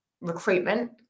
recruitment